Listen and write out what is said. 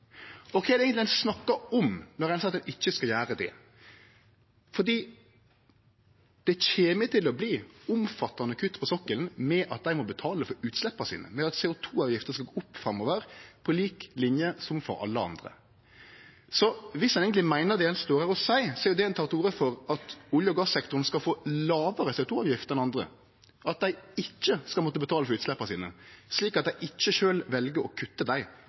Det kjem til verte omfattande kutt på sokkelen ved at dei må betale for utsleppa sine ved at CO 2 -avgifta skal gå opp framover, på lik linje som for alle andre. Så viss ein eigentleg meiner det ein står her å seier, er det ein tek til orde for, at olje- og gassektoren skal få lågare CO 2 -avgift enn andre, at dei ikkje skal måtte betale for utsleppa sine, slik at dei ikkje sjølv vel å kutte dei